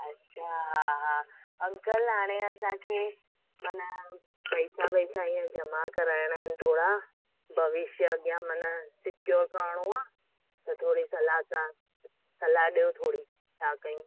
अच्छा हा हा अंकल हाणे असांखे माना पैसा वैसा हीअं जमा कराइणा आहिनि थोरा भविष्य अॻियां माना सिक्योर करणो आहे त थोरी सलाह सां सलाह ॾियो थोरी छा कयूं